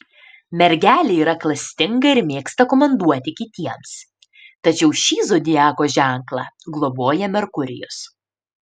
mergelė yra klastinga ir mėgsta komanduoti kitiems tačiau šį zodiako ženklą globoja merkurijus